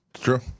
True